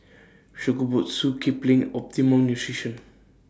Shokubutsu Kipling Optimum Nutrition